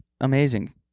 amazing